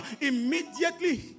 Immediately